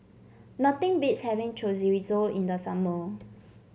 nothing beats having Chorizo in the summer